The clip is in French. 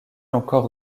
encore